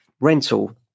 rental